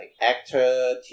actor